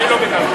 אני לא ביקשתי.